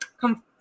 Come